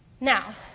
Now